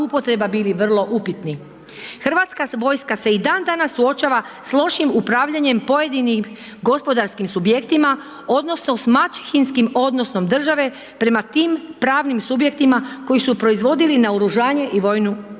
Hrvatska vojska se i dan danas suočava s lošim upravljanjem pojedinih gospodarskim subjektima odnosno s maćehinskim odnosom države prema tim pravnim subjektima koji su proizvodili naoružanje i vojnu opremu.